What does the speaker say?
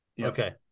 Okay